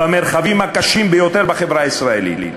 במרחבים הקשים ביותר בחברה הישראלית.